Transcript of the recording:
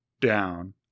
down